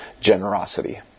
generosity